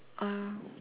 !aiyo!